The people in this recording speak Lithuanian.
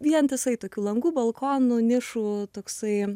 vientisai tokių langų balkonų nišų toksai